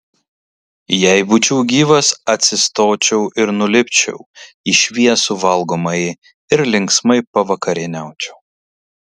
jei būčiau gyvas atsistočiau ir nulipčiau į šviesų valgomąjį ir linksmai pavakarieniaučiau